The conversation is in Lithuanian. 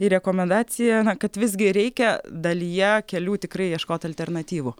į rekomendaciją na kad visgi reikia dalyje kelių tikrai ieškoti alternatyvų